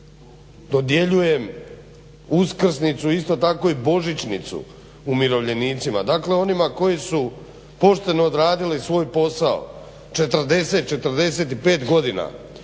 dodjeljujem uskrsnicu isto tako i božićnicu umirovljenicima. Dakle, onima koji su pošteno odradili svoj posao 40, 45 godina